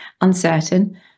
uncertain